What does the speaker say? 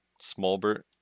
Smallbert